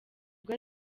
ubwo